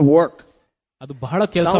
work